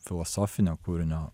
filosofinio kūrinio